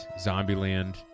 Zombieland